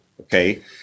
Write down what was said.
okay